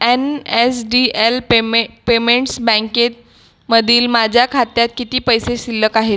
N S D L पेमे payments बँकेमधील माझ्या खात्यात किती पैसे शिल्लक आहेत